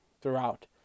throughout